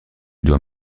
dois